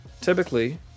typically